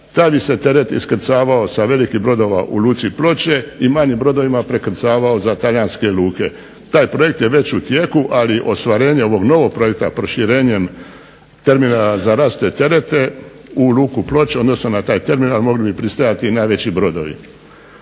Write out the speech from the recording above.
taj bi se teret iskrcavao sa velikih brodova u luci Ploče i manjim brodovima prekrcavao za talijanske luke. Taj projekt je već u tijeku, ali ostvarenje ovog novog projekta proširenjem terminala za rasute terete u luku Ploče, odnosno na taj terminal mogli bi pristajati i najveći brodovi.